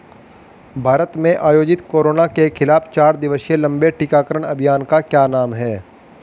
भारत में आयोजित कोरोना के खिलाफ चार दिवसीय लंबे टीकाकरण अभियान का क्या नाम है?